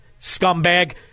scumbag